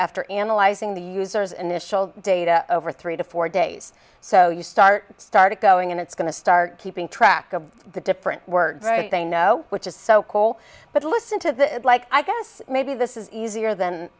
after analyzing the user's initial data over three to four days so you start started going and it's going to start keeping track of the different work they know which is so cool but listen to this like i guess maybe this is easier th